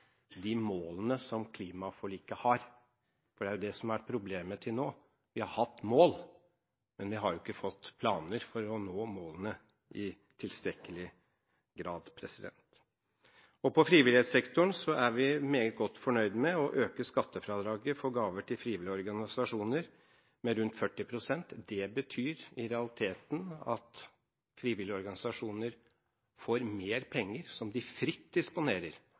de målene som klimaforliket har. For det er det som har vært problemet til nå; vi har hatt mål, men vi har ikke i tilstrekkelig grad hatt planer for å nå målene. På frivillighetssektoren er vi meget godt fornøyd med å øke skattefradraget for gaver til frivillige organisasjoner med rundt 40 pst. Det betyr i realiteten at frivillige organisasjoner får mer penger som de fritt disponerer,